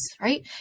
right